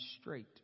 straight